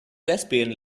lesbian